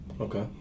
Okay